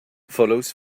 follows